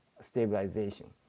stabilization